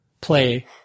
play